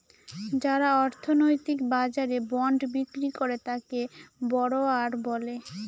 যারা অর্থনৈতিক বাজারে বন্ড বিক্রি করে তাকে বড়োয়ার বলে